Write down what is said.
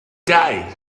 day